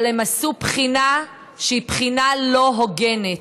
אבל הם עשו בחינה שהיא בחינה לא הוגנת,